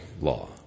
law